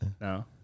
No